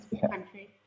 country